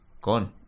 gone